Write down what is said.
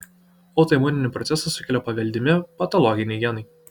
autoimuninį procesą sukelia paveldimi patologiniai genai